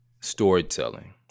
Storytelling